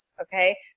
okay